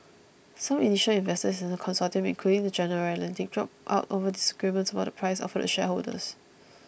some initial investors in the consortium including General Atlantic dropped out over disagreement about the price offered to shareholders